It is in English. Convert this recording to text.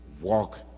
walk